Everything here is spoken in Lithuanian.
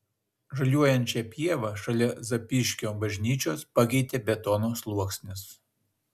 žaliuojančią pievą šalia zapyškio bažnyčios pakeitė betono sluoksnis